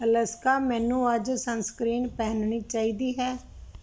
Alexa ਮੈਨੂੰ ਅੱਜ sunscreen ਪਹਿਨਣੀ ਚਾਹੀਦੀ ਹੈ